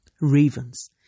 Ravens